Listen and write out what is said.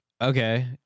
Okay